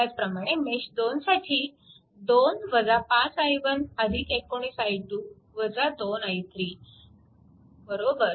त्याचप्रमाणे मेश 2 साठी 2 5 i1 19 i2 2i3 0